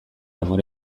amore